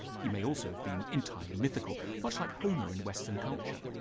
he may also have been entirely mythical much like homer in western culture.